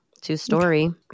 Two-story